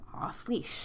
off-leash